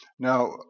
Now